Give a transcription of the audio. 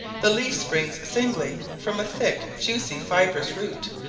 the leaf springs singly from a thick juicy fibrous root,